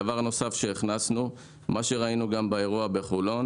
דבר נוסף שהכנסנו מה שראינו גם באירוע בחולון